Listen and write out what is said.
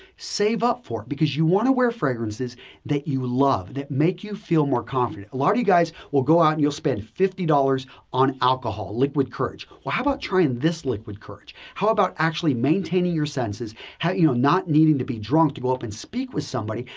save up for it because you want to wear fragrances that you love that make you feel more confident. a lot of you guys will go out and you'll spend fifty dollars on alcohol liquid courage. well, how about trying this liquid courage? how about actually maintaining your senses how, you know, not needing to be drunk to go up and speak with somebody,